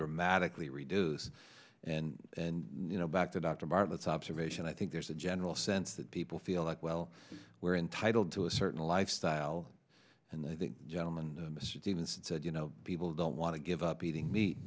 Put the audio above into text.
dramatically reduce and and you know back to dr bartlett's observation i think there's a general sense that people feel like well we're entitled to a certain lifestyle and i think gentleman mr stevens said you know people don't want to give up eating meat